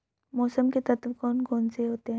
मौसम के तत्व कौन कौन से होते हैं?